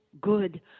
good